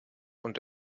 und